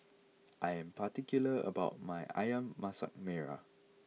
I am particular about my Ayam Masak Merah